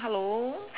hello